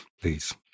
please